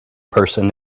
person